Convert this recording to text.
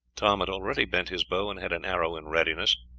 tom had already bent his bow and had an arrow in readiness,